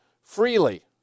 Freely